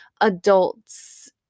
adults